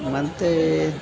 ಮತ್ತು